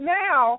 now